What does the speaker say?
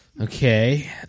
Okay